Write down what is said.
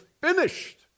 finished